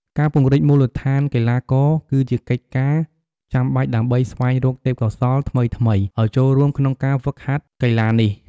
ការពង្រីកមូលដ្ឋានកីឡាករគឺជាកិច្ចការចាំបាច់ដើម្បីស្វែងរកទេពកោសល្យថ្មីៗអោយចូលរួមក្នុងការវឹកហាត់កីឡានេះ ។